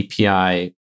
API